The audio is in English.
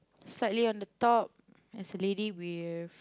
slightly on the top there's a lady with